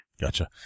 Gotcha